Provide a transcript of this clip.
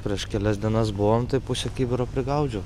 prieš kelias dienas buvom tai pusę kibiro prigaudžiau